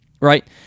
right